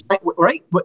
right